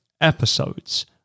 episodes